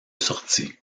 sortie